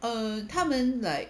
err 他们 like